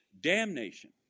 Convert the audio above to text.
damnation